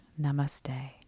Namaste